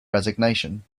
resignation